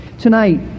Tonight